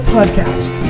Podcast